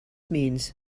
means